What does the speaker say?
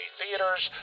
theaters